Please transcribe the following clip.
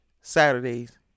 Saturday's